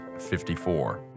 54